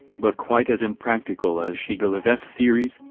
but quite as impractical as shigalov s theories,